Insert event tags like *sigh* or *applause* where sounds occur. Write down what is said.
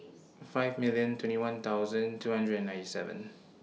*noise* five million twenty one thousand two hundred and ninety seven